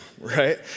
right